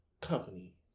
company